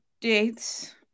dates